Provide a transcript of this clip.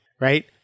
right